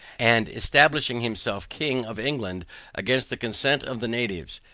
and establishing himself king of england against the consent of the natives,